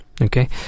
Okay